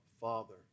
father